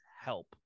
help